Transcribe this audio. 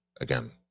again